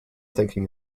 thinking